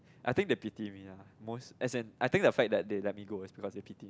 I think they pity me lah most as in I think the fact that they let me go because they pity me